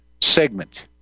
segment